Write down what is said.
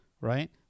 right